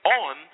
on